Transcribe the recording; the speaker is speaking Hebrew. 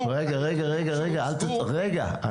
רגע,